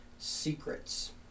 Secrets